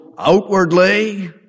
Outwardly